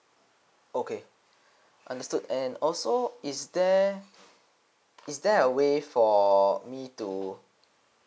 okay understood and also is there is there a way for me to